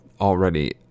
already